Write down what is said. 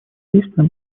действиям